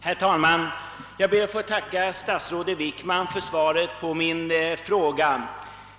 Herr talman! Jag ber att få tacka statsrådet Wickman för svaret på min fråga.